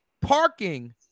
Parking